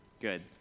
Good